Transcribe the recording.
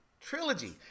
trilogy